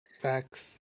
facts